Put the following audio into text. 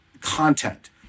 content